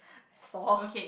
saw